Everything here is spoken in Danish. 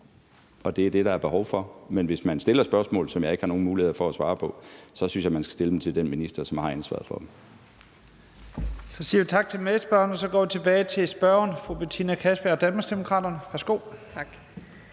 og det er det, der er behov for. Men hvis man stiller spørgsmål, som jeg ikke har nogen muligheder for at svare på, så synes jeg, man skal stille dem til den minister, som har ansvaret for dem. Kl. 13:41 Første næstformand (Leif Lahn Jensen): Så siger vi tak til medspørgeren, og så går vi tilbage til spørgeren, fru Betina Kastbjerg, Danmarksdemokraterne. Værsgo.